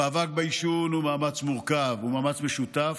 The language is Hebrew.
המאבק בעישון הוא מאמץ מורכב, הוא מאמץ משותף,